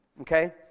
Okay